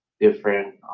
different –